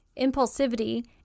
Impulsivity